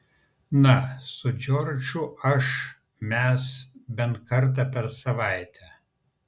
na su džordžu aš mes bent kartą per savaitę